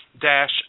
dash